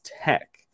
Tech